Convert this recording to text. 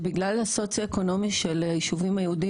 ומוטלת עלינו חובת הוכחה גדולה מאוד להראות שהניסוי הזה מצליח.